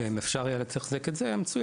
אם היה אפשר לתחזק את זה זה היה מצוין,